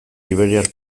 iberiar